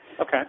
Okay